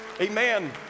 Amen